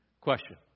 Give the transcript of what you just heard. Question